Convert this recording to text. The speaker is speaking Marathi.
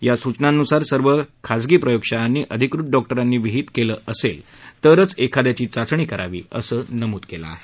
या सूचनांनुसार सर्व खाजगी प्रयोग शाळांनी अधिकृत डॉक्टरांनी विहित केलं असेल तरच एखाद्याची चावणी करावी अस स्पष्ट नमूद केल आहे